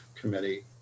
committee